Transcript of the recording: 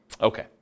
Okay